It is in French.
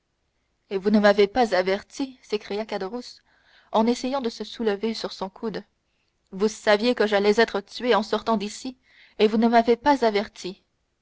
et vous ne m'avez pas averti s'écria caderousse en essayant de se soulever sur son coude vous saviez que j'allais être tué en sortant d'ici et vous ne m'avez pas averti